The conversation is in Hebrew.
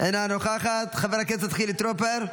אינה נוכחת, חבר הכנסת חילי טרופר,